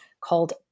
called